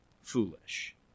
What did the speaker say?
Foolish